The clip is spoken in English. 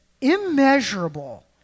immeasurable